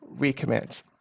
recommit